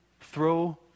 throw